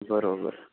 બરોબર